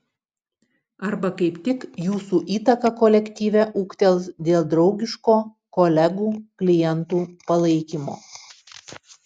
arba kaip tik jūsų įtaka kolektyve ūgtels dėl draugiško kolegų klientų palaikymo